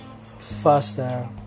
faster